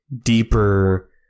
deeper